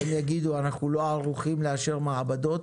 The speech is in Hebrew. והם יגידו: אנחנו לא ערוכים לאשר מעבדות